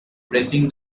pressing